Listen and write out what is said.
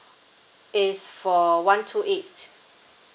is for one two eight